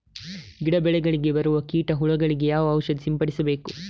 ಗಿಡ, ಬೆಳೆಗಳಿಗೆ ಬರುವ ಕೀಟ, ಹುಳಗಳಿಗೆ ಯಾವ ಔಷಧ ಸಿಂಪಡಿಸಬೇಕು?